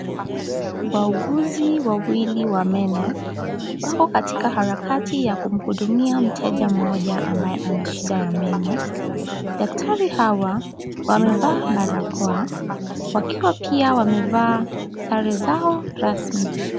Wauguzi wawili wa meno wako katika harakati ya kumhudumia mteja mmoja ambaye ana shida ya meno, daktari hawa wamevaa barakoa wakiwa pia wamevaa sare zao rasmi.